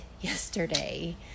yesterday